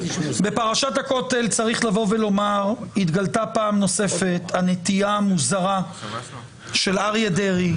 בפרשת הכותל צריך לומר שהתגלתה פעם נוספת הנטייה המוזרה של אריה דרעי,